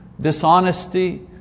dishonesty